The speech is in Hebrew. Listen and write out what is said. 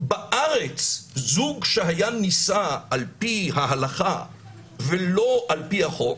בארץ זוג שהיה נישא על פי ההלכה ולא על פי החוק,